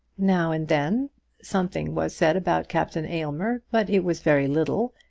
now and then something was said about captain aylmer but it was very little,